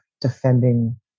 defending